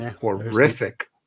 horrific